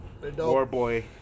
Warboy